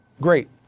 Great